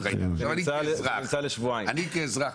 זה נמצא לשבועיים.